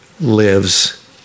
lives